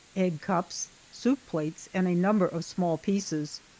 egg cups, soup plates, and a number of small pieces.